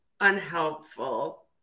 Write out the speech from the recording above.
unhelpful